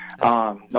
No